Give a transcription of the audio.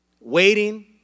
waiting